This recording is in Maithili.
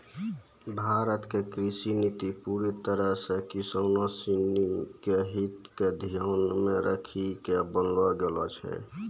भारत के कृषि नीति पूरी तरह सॅ किसानों सिनि के हित क ध्यान मॅ रखी क बनैलो गेलो छै